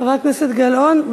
חברת הכנסת גלאון.